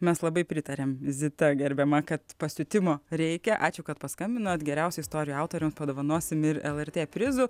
mes labai pritariam zita gerbiama kad pasiutimo reikia ačiū kad paskambinot geriausių istorijų autoriams padovanosim ir lrt prizų